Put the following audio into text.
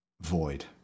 void